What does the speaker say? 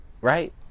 right